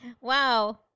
wow